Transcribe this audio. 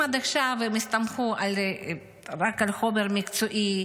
אם עד עכשיו הם הסתמכו על החומר המקצועי,